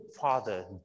father